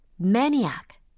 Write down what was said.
Maniac